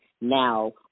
now